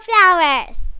flowers